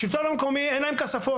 השלטון המקומי, אין להם כספות.